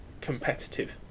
competitive